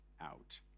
out